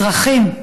אזרחים,